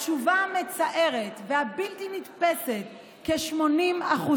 התשובה המצערת והבלתי-נתפסת: כ-80%.